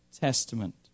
Testament